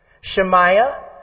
Shemaiah